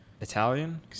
Italian